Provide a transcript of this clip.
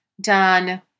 done